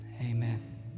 Amen